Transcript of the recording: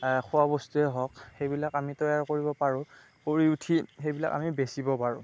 খোৱা বস্তুৱে হওক সেইবিলাক আমি তৈয়াৰ কৰিব পাৰোঁ কৰি উঠি সেইবিলাক আমি বেচিব পাৰোঁ